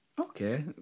Okay